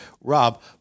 Rob